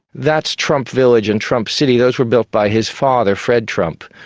that's trump village and trump city, those were built by his father, fred trump,